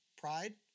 Pride